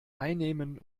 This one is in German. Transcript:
einnehmen